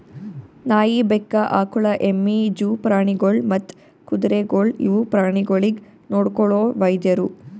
ನಾಯಿ, ಬೆಕ್ಕ, ಆಕುಳ, ಎಮ್ಮಿ, ಜೂ ಪ್ರಾಣಿಗೊಳ್ ಮತ್ತ್ ಕುದುರೆಗೊಳ್ ಇವು ಪ್ರಾಣಿಗೊಳಿಗ್ ನೊಡ್ಕೊಳೋ ವೈದ್ಯರು